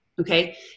okay